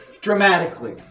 dramatically